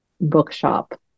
bookshop